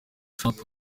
trump